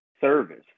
service